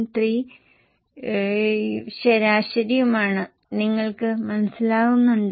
13 ശരാശരിയുമാണ് നിങ്ങൾക്ക് മനസിലാകുന്നുണ്ടോ